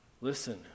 Listen